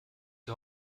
die